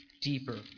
deeper